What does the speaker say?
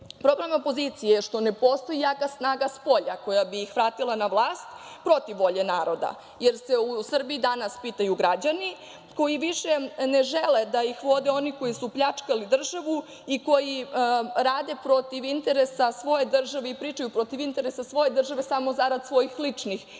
Problem opozicije je što ne postoji jaka snaga spolja koja bi ih vratila na vlast protiv volje naroda, jer se u Srbiji danas pitaju građani koji više ne žele da ih vode oni koji su pljačkali državu i koji rade protiv interesa svoje države i pričaju protiv interesa svoje države, a samo zarad svojih ličnih interesa. Čak